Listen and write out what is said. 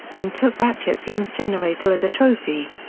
and took ratchet's emp generator as a trophy.